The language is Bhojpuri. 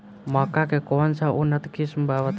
मक्का के कौन सा उन्नत किस्म बा बताई?